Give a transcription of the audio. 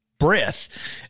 breath